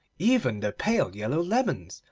even the pale yellow lemons,